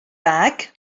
bag